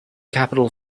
capital